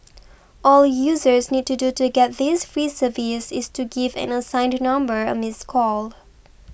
all users need to do to get this free service is to give an assigned number a missed call